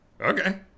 Okay